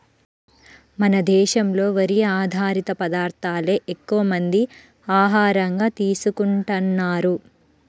మన దేశంలో వరి ఆధారిత పదార్దాలే ఎక్కువమంది ఆహారంగా తీసుకుంటన్నారు